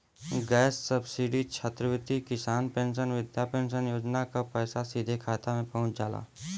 gas subsidy छात्रवृत्ति किसान pension वृद्धा पेंशन योजना क पैसा सीधे खाता में पहुंच जाला